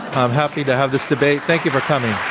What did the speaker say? i'm happy to have this debate. thank you for coming.